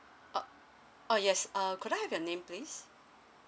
oh oh yes err could I have your name please